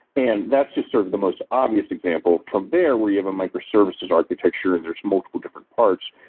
and that's just sort of the most obvious example from there where you have a micro-services architecture and there's multiple different parts,